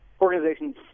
organizations